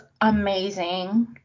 amazing